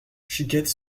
chiquette